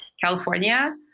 California